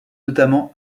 notamment